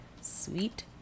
Sweet